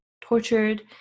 tortured